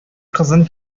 кызын